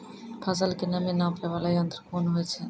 फसल के नमी नापैय वाला यंत्र कोन होय छै